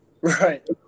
Right